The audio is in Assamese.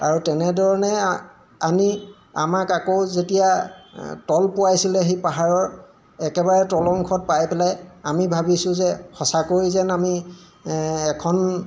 আৰু তেনেধৰণে আনি আমাক আকৌ যেতিয়া তল পোৱাইছিলে সেই পাহাৰৰ একেবাৰে তল অংশত পাই পেলাই আমি ভাবিছোঁ যে সঁচাকৈ যেন আমি এখন